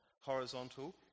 Horizontal